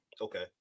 Okay